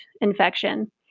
infection